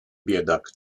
biedak